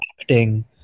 acting